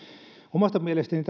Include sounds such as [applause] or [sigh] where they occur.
omasta mielestäni [unintelligible]